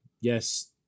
Yes